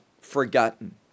forgotten